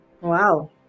Wow